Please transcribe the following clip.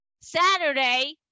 Saturday